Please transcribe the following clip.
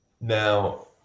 Now